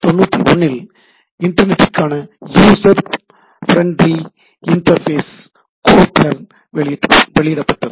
91 இல் இன்டர்நெட்டிற்கான user friendly interface 'Gopher' வெளியிடப்பட்டது